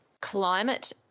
climate